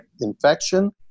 infection